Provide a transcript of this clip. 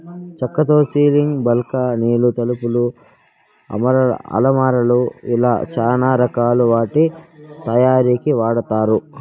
చక్కతో సీలింగ్, బాల్కానీలు, తలుపులు, అలమారాలు ఇలా చానా రకాల వాటి తయారీకి వాడతారు